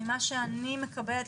ממה שאני מקבלת,